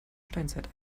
steinzeit